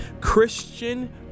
christian